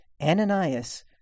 Ananias